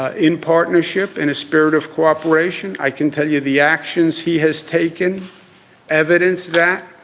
ah in partnership in a spirit of cooperation. i can tell you the actions he has taken evidence that